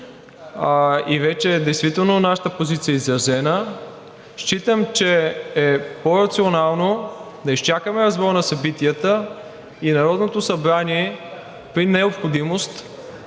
и вече действително нашата позиция е изразена, считам, че е по-рационално да изчакаме развоя на събитията и Народното събрание при необходимост